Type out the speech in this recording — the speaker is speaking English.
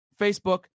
Facebook